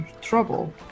trouble